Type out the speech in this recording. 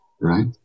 right